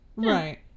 Right